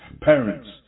parents